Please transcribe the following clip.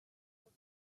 good